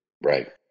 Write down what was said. Right